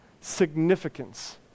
significance